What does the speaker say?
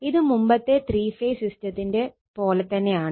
ഇത് മുമ്പത്തെ three phase സിസ്റ്റത്തിന്റെ പോലെ തന്നെയാണ്